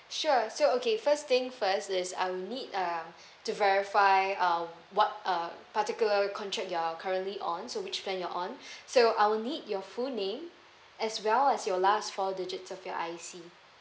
sure so okay first thing first is I will need uh to verify uh what uh particular contract you're currently on so which plan you're on so I will need your full name as well as your last four digits of your I_C